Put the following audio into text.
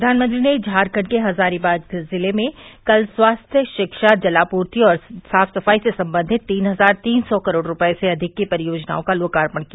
प्रधानमंत्री ने झारखंड के हजारीबाग जिले में कल स्वास्थ्य शिक्षा जलापूर्ति और साफ सफाई से संबंधित तीन हजार तीन सौ करोड़ रूपये से अधिक की परियोजनाओं का लोकार्पण किया